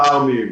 פארמים.